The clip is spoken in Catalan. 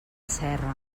serra